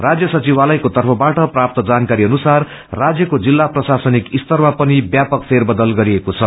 राज्य सधिवालयको तर्फबाट प्राप्त जानकारी अनुसार राज्यको जिल्ला प्रशासनिक स्तरमा पनि ब्यापक फेर बदल गरिएको छ